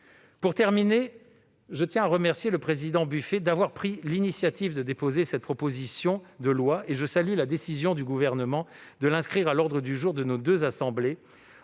Pour terminer, je tiens à remercier François-Noël Buffet d'avoir pris l'initiative de déposer cette proposition de loi. Je salue la décision du Gouvernement d'avoir inscrit ce texte à l'ordre du jour de nos deux assemblées